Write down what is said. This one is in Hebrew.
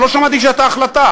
אבל לא שמעתי שהייתה החלטה.